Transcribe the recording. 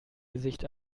gesicht